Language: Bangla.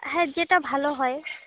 হ্যাঁ যেটা ভালো হয়